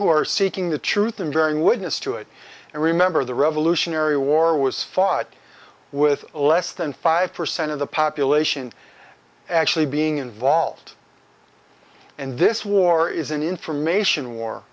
who are seeking the truth and very witness to it and remember the revolutionary war was fought with less than five percent of the population actually being involved in this war is an information war